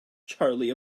charlie